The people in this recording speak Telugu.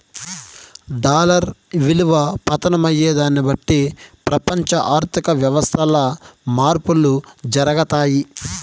డాలర్ ఇలువ పతనం అయ్యేదాన్ని బట్టి పెపంచ ఆర్థిక వ్యవస్థల్ల మార్పులు జరగతాయి